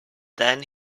then